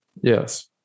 yes